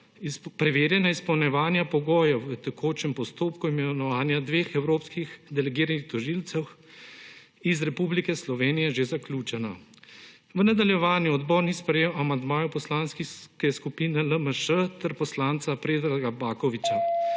preverjanja izpolnjevanja pogojev v tekočem postopku imenovanja dveh evropskih delegiranih tožilcev iz Republike Slovenije že zaključeno. V nadaljevanju odbor ni sprejel amandmajev Poslanske skupine LMŠ ter poslanca Predraga Bakovića.